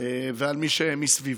ועל מי שמסביבו.